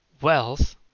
wealth